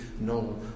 no